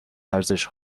ارزش